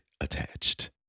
attached